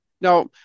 Now